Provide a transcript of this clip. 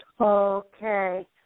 Okay